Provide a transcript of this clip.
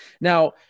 Now –